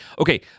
Okay